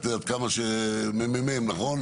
--- קצת, מממ"מ, נכון?